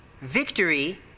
Victory